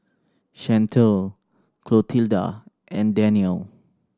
Chantelle Clotilda and Daniel